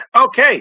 Okay